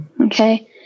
Okay